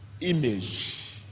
image